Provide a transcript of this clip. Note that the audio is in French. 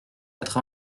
quatre